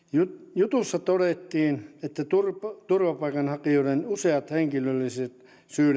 jutussa todettiin että turvapaikanhakijoiden useat henkilöllisyydet